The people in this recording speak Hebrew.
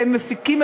והם מפיקים,